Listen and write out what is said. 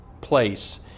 place